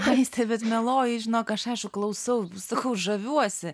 aiste bet mieloji žinok aš aišku klausau sakau žaviuosi